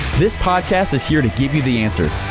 this podcast is here to give you the answer.